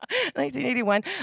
1981